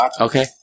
Okay